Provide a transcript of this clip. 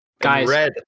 Guys